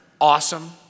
awesome